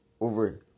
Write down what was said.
over